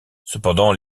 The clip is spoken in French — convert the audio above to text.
cependant